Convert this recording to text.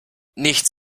nichts